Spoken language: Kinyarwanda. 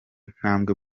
ntambwe